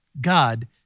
God